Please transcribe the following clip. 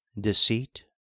Deceit